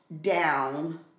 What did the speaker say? down